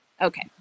Okay